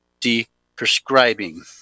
de-prescribing